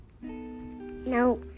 No